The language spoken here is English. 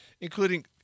Including